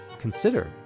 consider